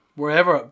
wherever